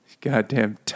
Goddamn